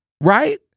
right